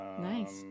Nice